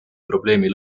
probleemi